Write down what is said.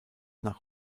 nach